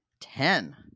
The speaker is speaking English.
Ten